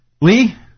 Lee